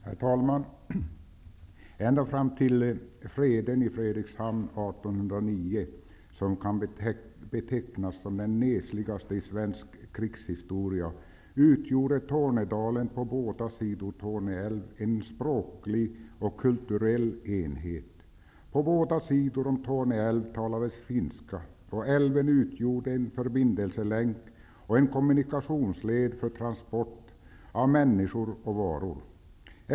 Herr talman! Ända fram till freden i Fredrikshamn 1809, som kan betecknas som den nesligaste i svensk krigshistoria, utgjorde Tornedalen på båda sidor om Torneälven en språklig och kulturell enhet. På båda sidor om Torneälven talades finska. Älven utgjorde en förbindelselänk och en kommunikationsled för transport av människor och varor.